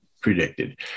predicted